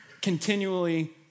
continually